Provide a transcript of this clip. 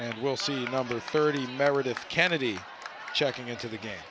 and we'll see number thirty meredith kennedy checking into the game